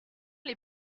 les